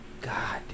God